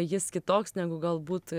jis kitoks negu galbūt